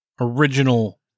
original